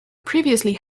previously